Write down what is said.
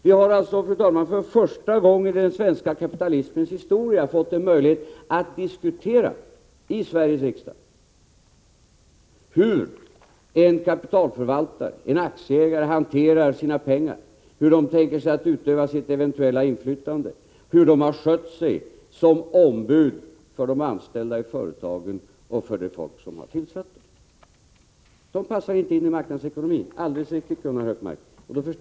Vi har alltså, fru talman, för första gången i den svenska kapitalismens historia fått en möjlighet att diskutera i Sveriges riksdag hur en kapitalförvaltare, aktieägare, hanterar sina pengar, hur man tänker utöva sitt eventuella inflytande och hur man skött sig som ombud för de anställda i företagen och för det folk som har tillsatt dessa personer. De passar inte in i marknadsekonomin — alldeles riktigt, Gunnar Hökmark.